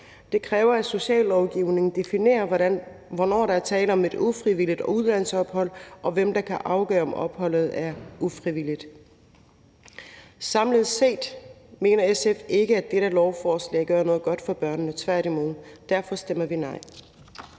Det kræver, at sociallovgivningen definerer, hvornår der er tale om et ufrivilligt udlandsophold, og hvem der kan afgøre, om opholdet er ufrivilligt. Samlet set mener SF ikke, at dette lovforslag gør noget godt for børnene, tværtimod. Derfor stemmer vi nej.